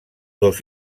dos